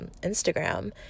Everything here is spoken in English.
Instagram